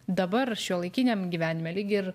dabar šiuolaikiniam gyvenime lyg ir